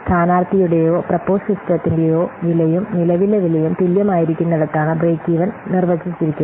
സ്ഥാനാർത്ഥിയുടെയോ propose സിസ്റ്റത്തിന്റെയോ വിലയും നിലവിലെ വിലയും തുല്യമായിരിക്കുന്നിടത്താണ് ബ്രേക്ക് ഈവൻ നിർവചിച്ചിരിക്കുന്നത്